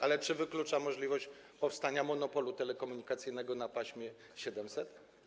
Ale czy wklucza możliwość powstania monopolu telekomunikacyjnego na paśmie 700?